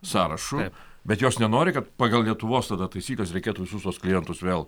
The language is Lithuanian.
sąrašu bet jos nenori kad pagal lietuvos tada taisykles reikėtų visus tuos klientus vėl